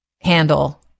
handle